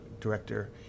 director